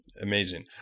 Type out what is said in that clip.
Amazing